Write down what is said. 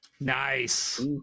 Nice